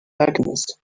alchemist